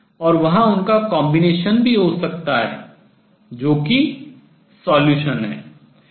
और वहां उनका combination संयोजन भी हो सकता है जो कि हल है